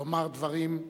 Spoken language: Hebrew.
לומר דברים.